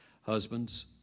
Husbands